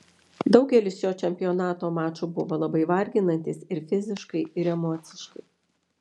daugelis šio čempionato mačų buvo labai varginantys ir fiziškai ir emociškai